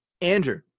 Andrew